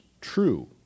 true